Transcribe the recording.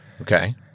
Okay